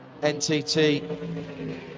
NTT